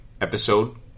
Episode